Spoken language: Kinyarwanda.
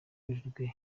werurwe